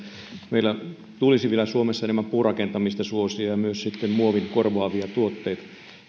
meillä suomessa tulisi vielä enemmän puurakentamista suosia ja myös sitten muovin korvaavia tuotteita